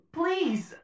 please